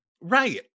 right